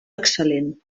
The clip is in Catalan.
excel·lent